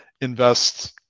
invest